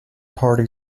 party